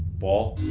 ball?